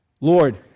Lord